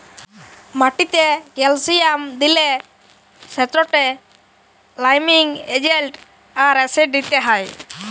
মাটিতে ক্যালসিয়াম দিলে সেটতে লাইমিং এজেল্ট আর অ্যাসিড দিতে হ্যয়